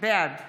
בעד